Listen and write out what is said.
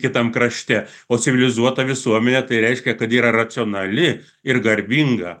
kitam krašte o civilizuota visuomenė tai reiškia kad yra racionali ir garbinga